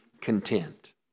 content